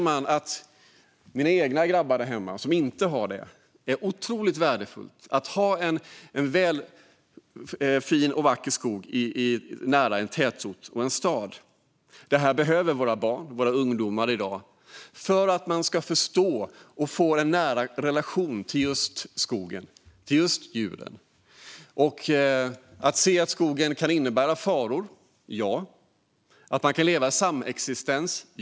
Men mina grabbar där hemma har inte gjort det, och för dem är det otroligt värdefullt att det finns fin skog nära tätorten. Barn och ungdomar behöver det för att de ska få en relation till skogen och djuren, för att förstå att skogen kan innebära faror och för att inse att man kan leva i samexistens.